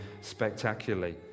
spectacularly